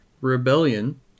Rebellion